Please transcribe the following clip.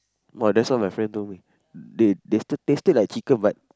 !wah! that's what my friend told me they tasted tasted like chicken but